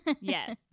Yes